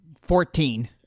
Fourteen